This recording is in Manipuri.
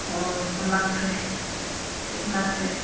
ꯂꯥꯛꯈ꯭ꯔꯦ ꯈꯦꯠꯅꯈ꯭ꯔꯦ